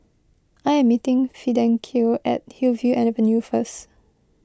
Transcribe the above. I am meeting Fidencio at Hillview Avenue first